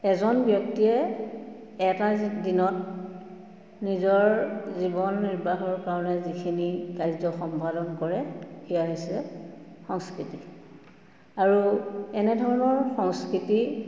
এজন ব্যক্তিয়ে এটা দিনত নিজৰ জীৱন নিৰ্বাহৰ কাৰণে যিখিনি কাৰ্য সম্পাদন কৰে সেয়া হৈছে সংস্কৃতি আৰু এনেধৰণৰ সংস্কৃতি